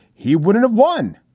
he wouldn't have won.